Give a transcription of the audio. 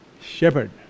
shepherd